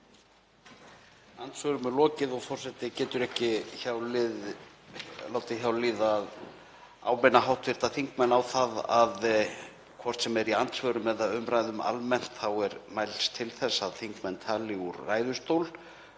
Andsvörum er lokið og forseti getur ekki látið hjá líða að minna hv. þingmenn á að hvort sem er í andsvörum eða í umræðum almennt er mælst til þess að þingmenn tali úr ræðustól